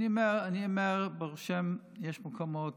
אני אומר, ברוך השם, יש מקומות